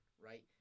right